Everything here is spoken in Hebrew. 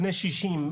בני 60,